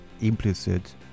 implicit